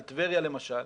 על טבריה למשל.